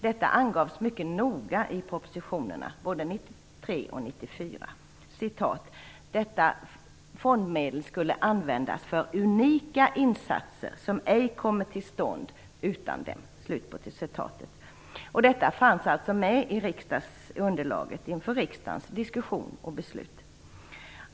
Detta angavs mycket noga i propositionerna, både 1993 och 1994: Detta fondmedel skall användas för unika insatser som ej kommer till stånd utan dem. Detta fanns med i underlaget inför riksdagens diskussion och beslut.